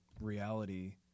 reality